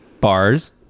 Bars